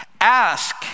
ask